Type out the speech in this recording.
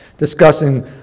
discussing